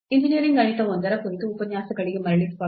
engineering ಗಣಿತ I ಕುರಿತು ಉಪನ್ಯಾಸಗಳಿಗೆ ಮರಳಿ ಸ್ವಾಗತ